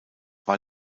war